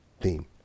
theme